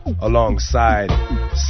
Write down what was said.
alongside